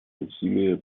усилия